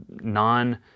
non